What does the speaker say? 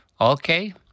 Okay